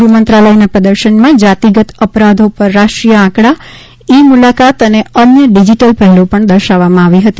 ગૃહ મંત્રાલયનાં પ્રદર્શનમાં જાતિગત અપરાધો પર રાષ્ટ્રીય આંકડા ઇ મુલાકાત અને અન્ય ડિજિટલ પહેલો દર્શાવવામાં આવી હતી